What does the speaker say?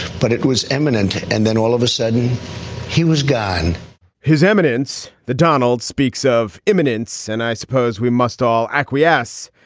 but it was eminent. and then all of a sudden he was gone his eminence, the donald speaks of imminence. and i suppose we must all acquiesce.